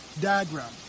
diagram